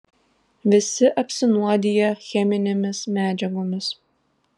visi apsinuodiję cheminėmis medžiagomis